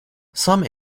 some